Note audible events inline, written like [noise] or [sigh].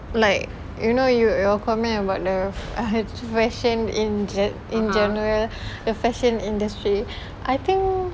like you know you your comment about the [noise] fashion in ge~ in general the fashion industry I think